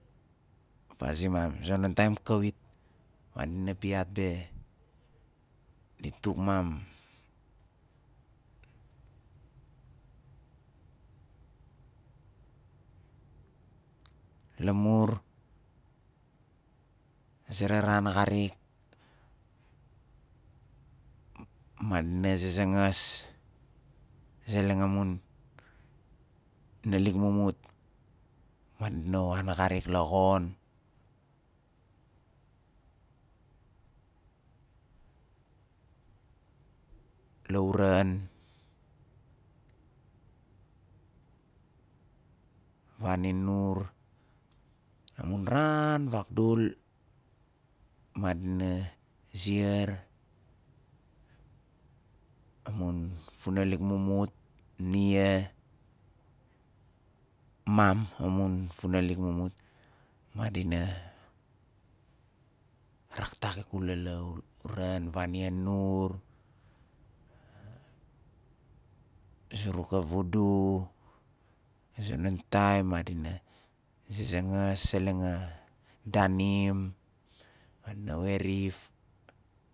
Pa zintam a zonon taim kawit ma dina piat be di tuk mam lamur azera ran xarik ma- madina zazangas zeleng amun nalik mumut madina wan xarik la xon lauran vani nur amun raaaaan vagdul madina ziar amun funalik mumut nia mam amun funalik mumut madina raktak ikula lauran vani nur zuruk a vudu a zonon taim madina zazangas zeleng a danim madina werif